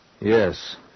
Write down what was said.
Yes